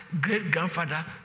great-grandfather